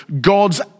God's